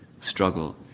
struggle